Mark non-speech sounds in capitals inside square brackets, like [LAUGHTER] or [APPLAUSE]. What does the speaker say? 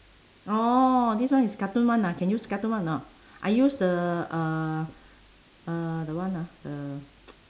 orh this one is cartoon one ah can use cartoon one or not I use the uh uh the one ah the [NOISE]